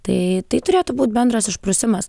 tai tai turėtų būt bendras išprusimas